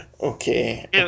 Okay